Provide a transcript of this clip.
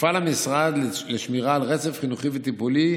יפעל המשרד לשמירה על רצף חינוכי וטיפולי